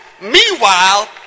meanwhile